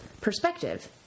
perspective